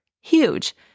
huge